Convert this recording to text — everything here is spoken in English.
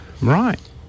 Right